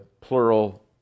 plural